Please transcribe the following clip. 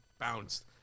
bounced